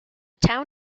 town